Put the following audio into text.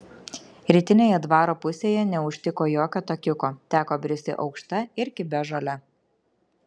rytinėje dvaro pusėje neužtiko jokio takiuko teko bristi aukšta ir kibia žole